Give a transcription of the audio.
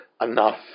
enough